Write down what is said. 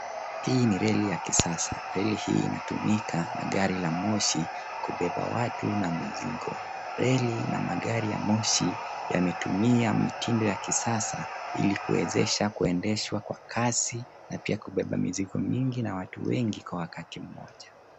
Hii ni reli ya kisasa. Reli hii inatumika na gari la moshi kubeba watu na mizigo. Reli na magari ya moshi yametumia mitindo ya kisasa ili kuwezesha kuendeshwa kwa kasi na pia kubeba mizigo mingi na watu wengi kwa wakati mmoja.